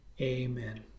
Amen